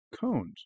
cones